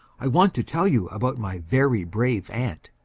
i want to tell you about my very brave aunt.